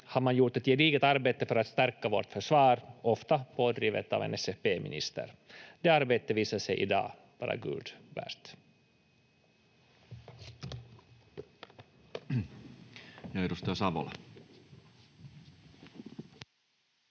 har man gjort ett gediget arbete för att stärka vårt försvar, ofta pådrivet av en SFP-minister. Det arbetet visar sig i dag vara guld värt.